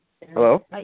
Hello